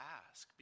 ask